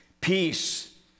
peace